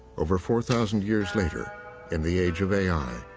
over four thousand years later in the age of a i,